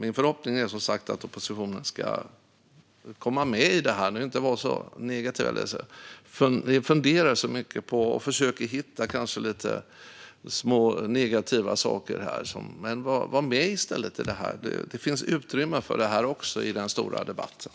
Min förhoppning är som sagt att oppositionen ska komma med i detta. Ni behöver inte vara så negativa. Ni funderar så mycket och försöker hitta små negativa saker, men var med i stället! Det finns utrymme även för detta i den stora debatten.